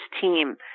team